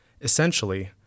Essentially